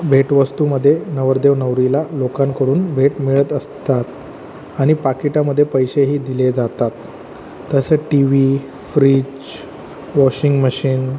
भेटवस्तूमध्ये नवरदेव नवरीला लोकांकडून भेट मिळत असतात आणि पाकिटामध्ये पैसेही दिले जातात तसं T V fridge washing machine